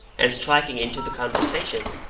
and striking into the conversation,